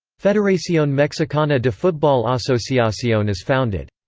federacion mexicana de futbol asociacion is founded.